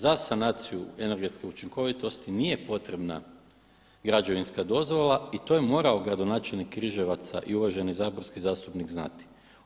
Za sanacije energetske učinkovitosti nije potrebna građevinska dozvola i to je morao gradonačelnik Križevaca i uvaženi saborski zastupnik znati.